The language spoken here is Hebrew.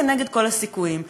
כנגד כל הסיכויים.